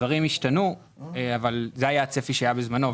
דברים השתנו אבל זה היה הצפי שהיה בזמנו.